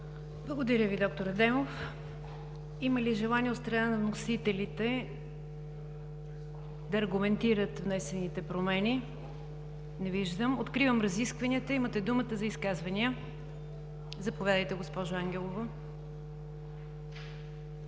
Благодаря Ви, д р Адемов. Има ли желание от страна на вносителите да аргументират внесените промени? Не виждам. Откривам разискванията. Имате думата за изказвания. Заповядайте, госпожо Ангелова.